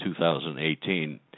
2018